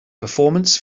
performance